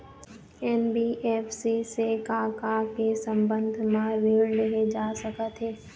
NBFC से का का के संबंध म ऋण लेहे जा सकत हे?